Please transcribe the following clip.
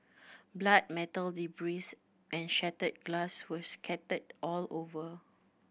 blood metal debris and shattered glass were scattered all over